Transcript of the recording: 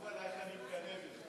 ואללה, איך אני מקנא בך.